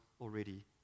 already